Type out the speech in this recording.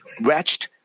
wretched